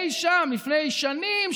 אי שם לפני שנים,